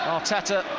Arteta